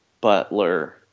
Butler